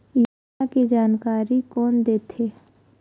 योजना के जानकारी कोन दे थे?